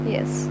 Yes